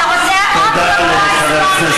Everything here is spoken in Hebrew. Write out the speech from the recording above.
זה מה שאתה צריך, חברת הכנסת